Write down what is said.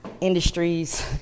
industries